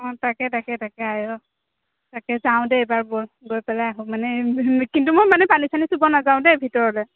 অঁ তাকে তাকে তাকে আয়ৈ তাকে যাওঁ দে এইবাৰ ব'ল গৈ পেলাই আহো মানে কিন্তু মই মানে পানী চানি চুব নাযাওঁ দেই ভিতৰলৈ